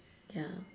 ya